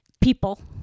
people